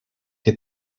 que